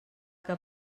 que